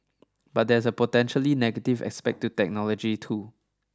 but there's a potentially negative aspect to technology too